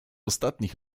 ostatnich